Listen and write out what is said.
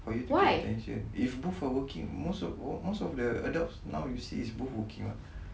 for you to get attention if both are working most of uh most of the adults now you see is both working [what]